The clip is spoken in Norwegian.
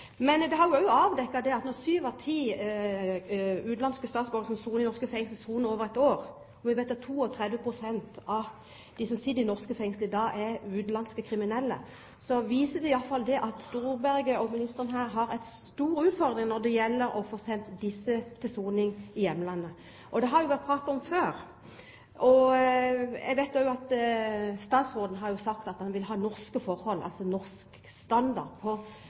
Det har også blitt avdekket at syv av ti utenlandske statsborgere som soner i norske fengsler, soner i over et år. Og når vi vet at 32 pst. av dem som sitter i norske fengsler i dag, er utenlandske kriminelle, viser det iallfall at Storberget – ministeren her – har en stor utfordring i å få sendt disse til soning i hjemlandet. Dette har det vært pratet om før. Jeg vet også at statsråden har sagt at han vil ha norsk standard på den utenlandske soningen – norske forhold.